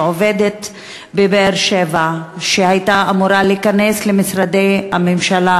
שעובדת בבאר-שבע והייתה אמורה להיכנס למשרד ממשלתי